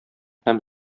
һәм